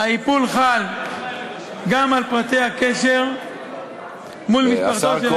האיפול חל גם על פרטי הקשר מול משפחתו של האזרח,